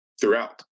throughout